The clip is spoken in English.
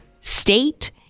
state